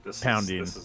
Pounding